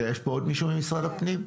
יש עוד מישהו ממשרד הפנים?